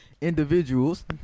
individuals